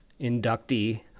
inductee